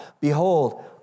behold